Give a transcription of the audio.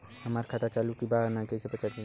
हमार खाता चालू बा कि ना कैसे पता चली?